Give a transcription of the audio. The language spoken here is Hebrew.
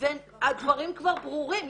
והדברים כבר ברורים,